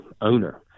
owner